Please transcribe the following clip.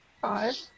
Five